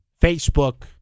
Facebook